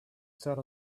sat